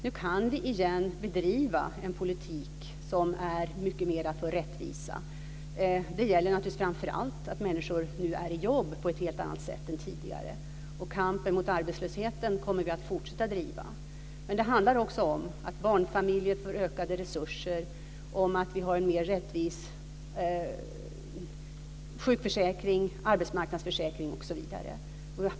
Nu kan vi igen bedriva en politik som är mer för rättvisa. Det gäller naturligtvis framför allt att människor nu har jobb på ett helt annat sätt än tidigare. Vi kommer att fortsätta att driva kampen mot arbetslösheten. Men det handlar också om att barnfamiljer får ökade resurser och om att vi har en mer rättvis sjukförsäkring, arbetsmarknadsförsäkring osv.